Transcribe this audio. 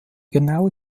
genaue